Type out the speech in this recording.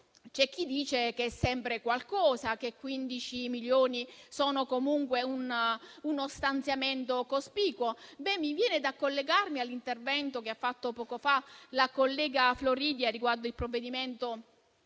C'è chi dice che è sempre qualcosa e che 15 milioni sono comunque uno stanziamento cospicuo: mi viene allora da collegarmi all'intervento che ha fatto poco fa la collega Floridia riguardo al provvedimento